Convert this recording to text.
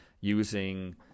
using